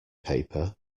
paper